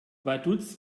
vaduz